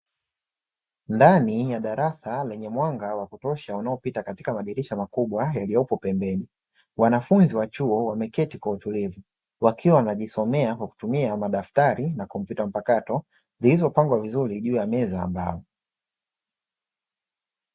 Ndani ya darasa, lenye mwanga wa kutosha unaopita katika madirisha makubwa yaliyopo pembeni. Wanafunzi wa chuo wameketi kwa utulivu wakiwa wanajisomea kwa kutumia madaftari na kompyuta mpakato zilizopangwa vizuri juu ya meza ya mbao.